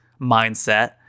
mindset